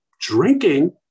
Drinking